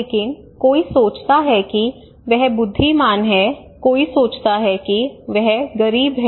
लेकिन कोई सोचता है कि वह बुद्धिमान है कोई सोचता है कि वह गरीब है